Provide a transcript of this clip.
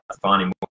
finding